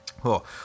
Cool